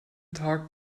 tag